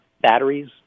batteries